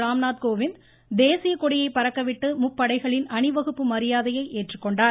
ராம்நாத் கோவிந்த் தேசியக்கொடியை பறக்கவிட்டு முப்படைகளின் அணிவகுப்பு மரியாதையை ஏற்றுக்கொண்டார்